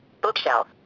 Bookshelf